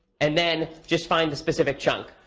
and then just find the specific chunk.